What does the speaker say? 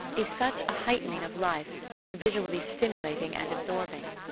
is such a heightening of life, so visually stimulating and absorbing.